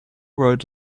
road